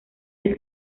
del